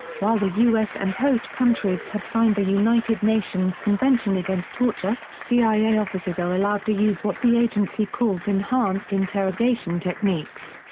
while the us and host countries have signed the united nations convention against torture, cia officers are allowed to use what the agency calls enhanced interrogation techniques.